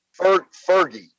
Fergie